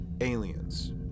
aliens